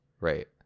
Right